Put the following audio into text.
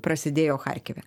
prasidėjo charkive